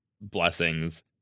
blessings